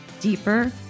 deeper